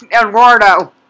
Eduardo